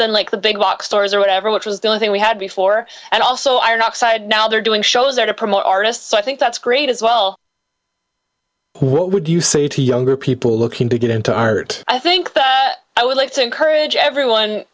than like the big box stores or whatever which was the only thing we had before and also iron oxide now they're doing shows there to promote artists so i think that's great as well what would you say to younger people looking to get into art i think that i would like to encourage everyone